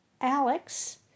Alex